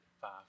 five